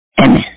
Amen